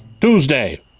Tuesday